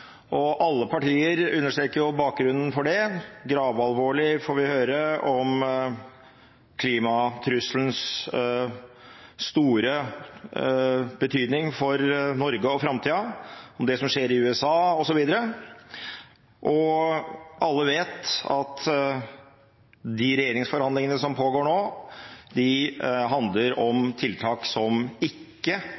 Alle partier understreker bakgrunnen for det. Gravalvorlig får vi høre om klimatrusselens store betydning for Norge og framtida, om det som skjer i USA osv. Og alle vet at de regjeringsforhandlingene som pågår nå, handler om